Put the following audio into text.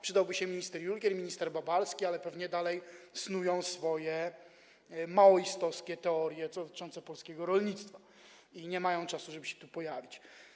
Przydałby się minister Jurgiel, minister Babalski, ale pewnie dalej snują swoje maoistowskie teorie dotyczące polskiego rolnictwa i nie mają czasu, żeby się tu pojawić.